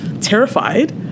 terrified